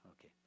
Okay